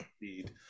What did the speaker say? feed